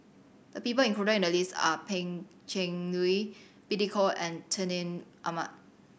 the people included in the list are Pan Cheng Lui Billy Koh and Atin Amat